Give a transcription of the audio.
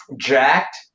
Jacked